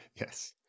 yes